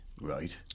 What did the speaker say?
Right